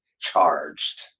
charged